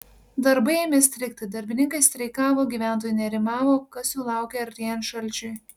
darbai ėmė strigti darbininkai streikavo gyventojai nerimavo kas jų laukia artėjant šalčiui